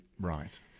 Right